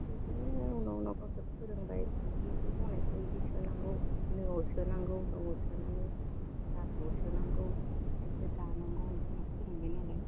इदिनो उनाव उनाव गावसोर फोरोंबाय इदि ज'नायखौ इदि सोनांगौ लेवआव सोनांगौ लेवआव सोनानै रासोआव सोनांगौ ओमफ्रायसो दानांगौ इदि होननानै फोरोंबायनालाय